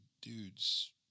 dudes